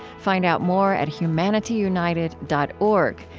find out more at humanityunited dot org,